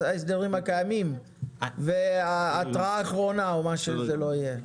ההסדרים הקיימים וההתראה האחרונה או מה שלא יהיה.